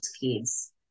kids